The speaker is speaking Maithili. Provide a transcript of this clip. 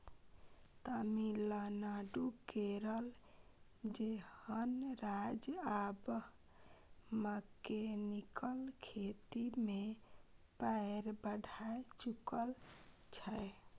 तमिलनाडु, केरल जेहन राज्य आब मैकेनिकल खेती मे पैर बढ़ाए चुकल छै